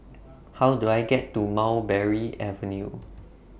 How Do I get to Mulberry Avenue